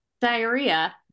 diarrhea